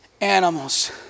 animals